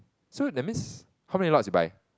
so that means how many lots you buy